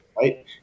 right